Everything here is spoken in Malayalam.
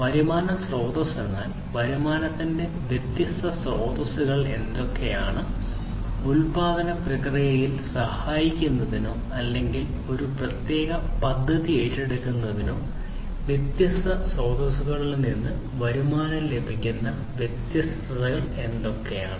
വരുമാന സ്രോതസ്സ് എന്നാൽ വരുമാനത്തിന്റെ വ്യത്യസ്ത സ്രോതസ്സുകൾ എന്തൊക്കെയാണ് ഉത്പാദന പ്രക്രിയയിൽ സഹായിക്കുന്നതിനോ അല്ലെങ്കിൽ ഒരു പ്രത്യേക പദ്ധതി ഏറ്റെടുക്കുന്നതിനോ വ്യത്യസ്ത സ്രോതസ്സുകളിൽ നിന്ന് വരുമാനം ലഭിക്കുന്ന വ്യത്യസ്ത ഉറവിടങ്ങൾ എന്തൊക്കെയാണ്